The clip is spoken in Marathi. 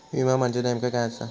विमा म्हणजे नेमक्या काय आसा?